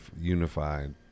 unified